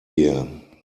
year